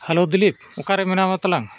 hello Dilip ᱚᱠᱟᱨᱮ ᱢᱮᱱᱟᱢᱟ ᱛᱟᱞᱟᱝ